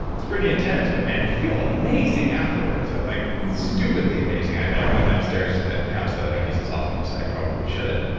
it's pretty intense, but man, you feel amazing afterwards, like stupidly amazing. i have one downstairs at my house that i don't use as often as i probably should,